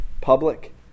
Public